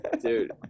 dude